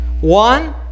One